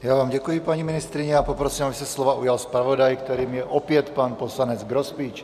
Já vám děkuji, paní ministryně, a poprosím, aby se slova ujal zpravodaj, kterým je opět pan poslanec Grospič.